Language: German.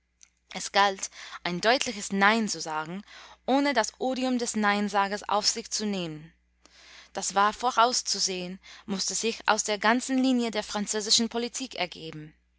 es galt ein deutliches nein zu sagen ohne das odium des neinsagers auf sich zu nehmen das war vorauszusehen mußte sich aus der ganzen linie der französischen politik ergeben